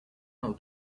now